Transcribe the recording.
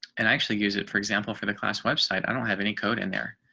and actually use it for example for the class website. i don't have any code in there.